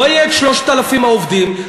לא יהיו 3,000 העובדים,